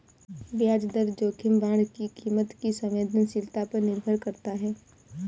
ब्याज दर जोखिम बांड की कीमत की संवेदनशीलता पर निर्भर करता है